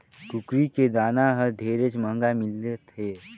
कुकरी के दाना हर ढेरेच महंगा मिलत हे